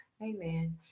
Amen